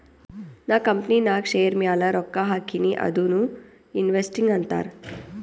ನಾ ಕಂಪನಿನಾಗ್ ಶೇರ್ ಮ್ಯಾಲ ರೊಕ್ಕಾ ಹಾಕಿನಿ ಅದುನೂ ಇನ್ವೆಸ್ಟಿಂಗ್ ಅಂತಾರ್